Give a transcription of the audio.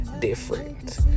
different